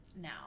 now